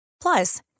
Plus